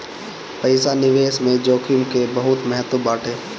पईसा निवेश में जोखिम के बहुते महत्व बाटे